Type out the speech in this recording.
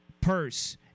purse